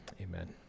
amen